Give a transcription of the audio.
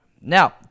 Now